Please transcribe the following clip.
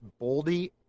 Boldy